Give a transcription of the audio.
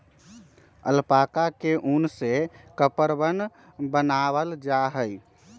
alpaca के उन से कपड़वन बनावाल जा हई